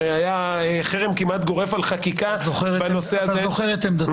כאשר היה חרם כמעט גורף על חקיקה בנושא הזה --- אתה זוכר את עמדתי.